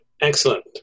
Excellent